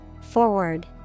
Forward